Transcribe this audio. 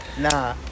Nah